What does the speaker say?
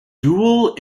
dual